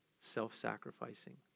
self-sacrificing